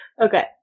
Okay